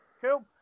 Cool